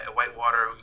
Whitewater